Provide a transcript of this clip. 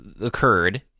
occurred